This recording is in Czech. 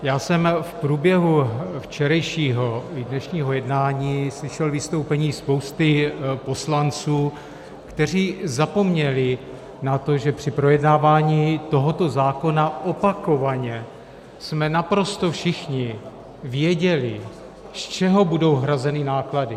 Já jsem v průběhu včerejšího i dnešního jednání slyšel vystoupení spousty poslanců, kteří zapomněli na to, že při projednávání tohoto zákona opakovaně jsme naprosto všichni věděli, z čeho budou hrazeny náklady.